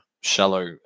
shallow